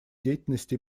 деятельности